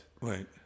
Right